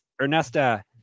Ernesta